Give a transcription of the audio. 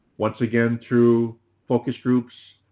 once again through focus groups,